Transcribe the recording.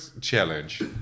challenge